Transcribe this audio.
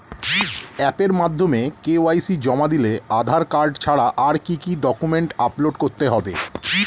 অ্যাপের মাধ্যমে কে.ওয়াই.সি জমা দিলে আধার কার্ড ছাড়া আর কি কি ডকুমেন্টস আপলোড করতে হবে?